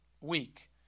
week